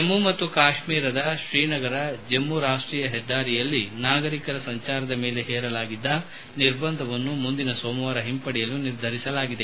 ಜಮ್ನು ಮತ್ತು ಕಾಶ್ನೀರದ ಶ್ರೀನಗರ ಜಮ್ನು ರಾಷ್ಷೀಯ ಹೆದ್ದಾರಿಯಲ್ಲಿ ನಾಗರಿಕರ ಸಂಚಾರದ ಮೇಲೆ ಹೇರಲಾಗಿದ್ದ ನಿರ್ಬಂಧವನ್ನು ಮುಂದಿನ ಸೋಮವಾರ ಹಿಂಪಡೆಯಲು ನಿರ್ಧರಿಸಲಾಗಿದೆ